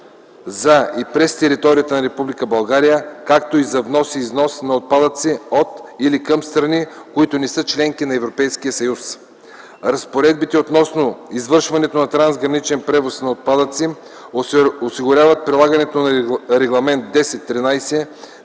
за и през територията на Република България, както и за внос и износ на отпадъци от или към страни, които не са членки на Европейския съюз. Разпоредбите относно извършване на трансграничния превоз на отпадъци осигуряват прилагането на Регламент